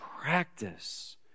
practice